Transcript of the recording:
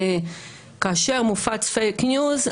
וכאשר מופץ "פייק ניוז",